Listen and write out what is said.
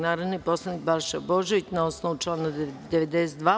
Narodni poslanik Balša Božović, na osnovu člana 92.